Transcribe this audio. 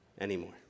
anymore